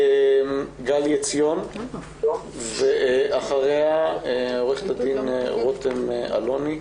גלי עציון, בבקשה, ואחריה, עורכת הדין רותם אלוני.